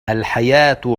الحياة